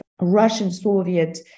Russian-Soviet